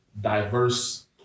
diverse